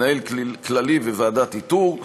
מנהל כללי וועדת איתור.